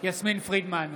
יסמין פרידמן,